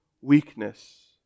weakness